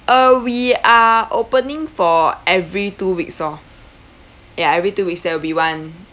uh we are opening for every two weeks hor ya every two weeks there will be one